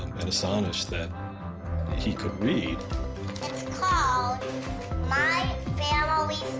and astonished that he could read it's called my family